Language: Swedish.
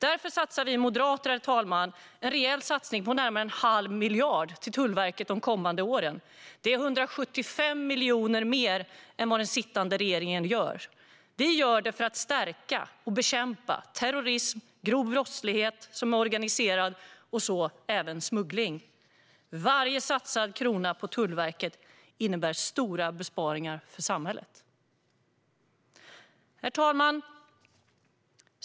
Därför gör vi moderater, herr talman, en rejäl satsning på närmare en halv miljard till Tullverket de kommande åren. Det är 175 miljoner mer än vad den sittande regeringen satsar. Vi gör det för att bekämpa terrorism och grov brottslighet som är organiserad, och så även smuggling. Varje satsad krona på Tullverket innebär stora besparingar för samhället. Herr talman!